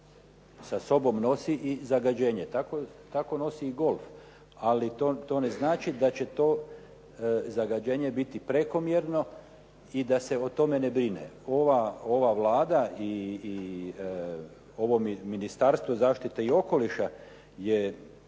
sa sobom nosi i zagađenje. Tako nosi i golf, ali to ne znači da će to zagađenje biti prekomjerno i da se o tome ne brine. Ova Vlada i ovo Ministarstvo zaštite okoliša je